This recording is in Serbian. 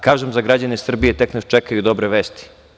Kažem, za građane Srbije, tek nas čekaju dobre vesti.